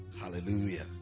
Hallelujah